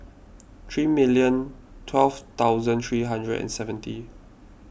three million twelve thousand three hundred and seventy